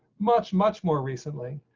much, much more recently,